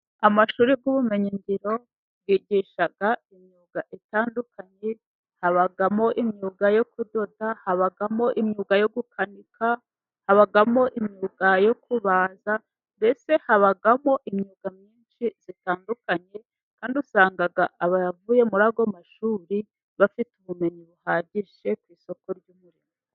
Amashuri y' ubumenyingiro y' igisha imyuga itandukanye habagamo, imyuga yo kudoda habagamo , imyuga yo gukanika habagamo, imyuga yo kubaza, mbese habagamo imyuga myinshi zitandukanye kandi usanga abavuye muri ayo mashuri bafite ubumenyi buhagije ku isoko ry' umurimo.